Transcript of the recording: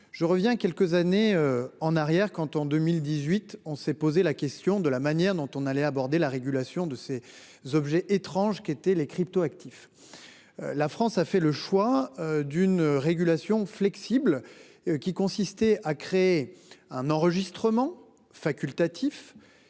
Je reviens quelques années en arrière, quand en 2018 on s'est posé la question de la manière dont on allait aborder la régulation de ces objets étranges qui étaient les cryptoactifs. La France a fait le choix d'une régulation flexible. Qui consistait à créer un enregistrement facultatif.